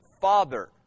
father